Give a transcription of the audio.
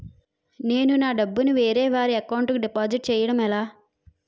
నేను నా డబ్బు ని వేరే వారి అకౌంట్ కు డిపాజిట్చే యడం ఎలా?